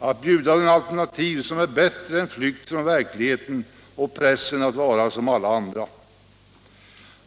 vi måste bjuda dem alternativ som är bättre än flykt från verkligheten och pressen att vara som alla andra.